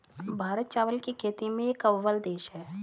भारत चावल की खेती में एक अव्वल देश है